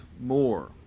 more